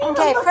Okay